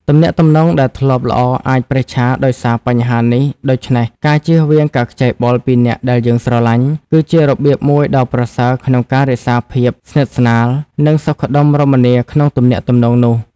ទំនាក់ទំនងដែលធ្លាប់ល្អអាចប្រេះឆាដោយសារបញ្ហានេះ ដូច្នេះ ការជៀសវាងការខ្ចីបុលពីអ្នកដែលយើងស្រឡាញ់ គឺជារបៀបមួយដ៏ប្រសើរក្នុងការរក្សាភាពស្និទ្ធស្នាល និងសុខដុមរមនាក្នុងទំនាក់ទំនងនោះ។